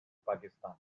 pakistan